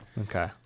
okay